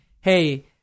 hey